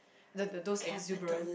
the the those exuberant